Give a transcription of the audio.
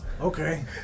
Okay